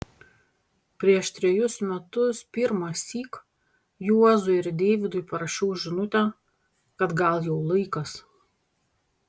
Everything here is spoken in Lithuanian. prieš trejus metus pirmąsyk juozui ir deivydui parašiau žinutę kad gal jau laikas